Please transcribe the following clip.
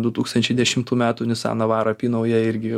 du tūkstančiai dešimtų metų nissan navara apynaujė irgi jau